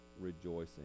rejoicing